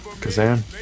Kazan